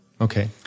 Okay